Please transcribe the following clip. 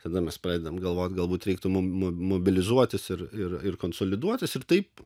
tada mes pradedam galvot galbūt reiktų mum mo mobilizuotis ir ir ir konsoliduotis ir taip